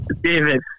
David